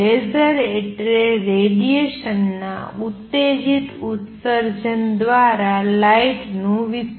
laser એટલે રેડિયેશનના ઉત્તેજિત ઉત્સર્જન દ્વારા લાઇટનું વિસ્તરણ